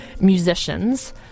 musicians